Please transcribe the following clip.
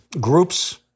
groups